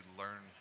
learn